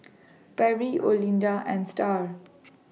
Perry Olinda and STAR